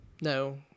No